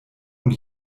und